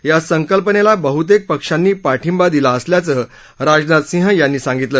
या संकल्पनेला बहृतेक पक्षांनी पाठिंबा दिला असल्याचं राजनाथ सिंह यांनी सांगितलं